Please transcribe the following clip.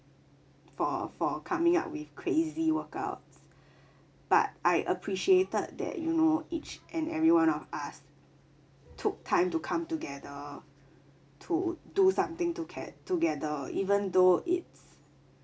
for for coming up with crazy workouts but I appreciated that you know each and everyone of us took time to come together to do something toget~ together even though it's